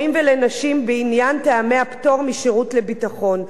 ולנשים בעניין טעמי הפטור משירות ביטחון.